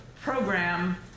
program